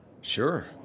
Sure